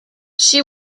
she